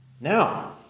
Now